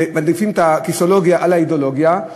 מעדיפים את הכיסאולוגיה על האידיאולוגיה,